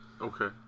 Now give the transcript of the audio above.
Okay